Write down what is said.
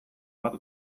bat